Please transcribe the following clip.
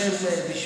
את הדברים,